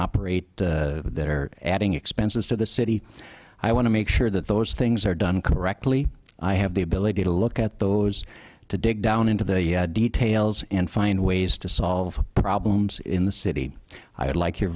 operate that are adding expenses to the city i want to make sure that those things are done correctly i have the ability to look at those to dig down into the details and find ways to solve problems in the city i would like your